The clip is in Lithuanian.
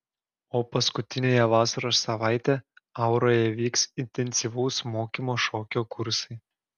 o paskutiniąją vasaros savaitę auroje vyks intensyvaus mokymo šokio kursai